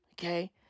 okay